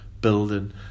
building